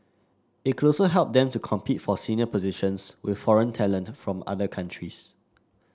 it could also help them to compete for senior positions with foreign talent from other countries